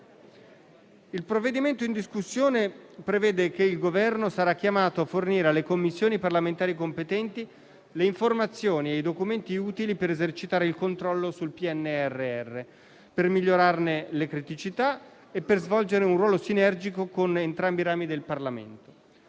Il provvedimento in discussione prevede che il Governo sia chiamato a fornire alle Commissioni parlamentari competenti le informazioni e i documenti utili per esercitare il controllo sul PNRR, per migliorarne le criticità e per svolgere un ruolo sinergico con entrambi i rami del Parlamento.